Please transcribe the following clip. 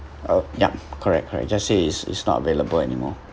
oh yup correct correct just say it's it's not available anymore